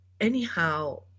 anyhow